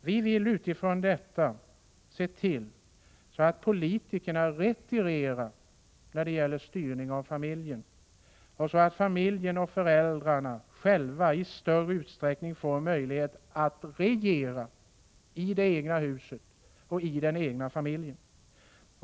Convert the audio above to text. Vi vill utifrån detta se till att politikerna retirerar när det gäller styrning av familjerna, så att familjen och föräldrarna själva i större utsträckning får möjlighet att regera i det egna huset och i den egna familjen.